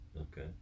Okay